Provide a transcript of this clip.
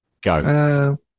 Go